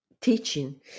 teaching